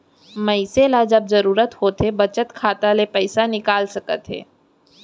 मनसे ल जब जरूरत होथे बचत खाता ले पइसा निकाल सकत हे